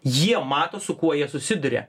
jie mato su kuo jie susiduria